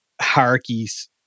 hierarchies